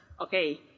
okay